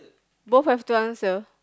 both have to answer